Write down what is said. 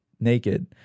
naked